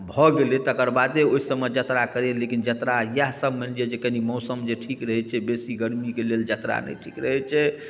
भऽ गेलै तकर बादे ओहि सभमे यात्रा करैए लेकिन यात्रा इएहसभ मानि लिअ जे कनी मौसम जे ठीक रहै छै बेसी गर्मीके लेल यात्रा नहि ठीक रहै छै